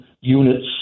units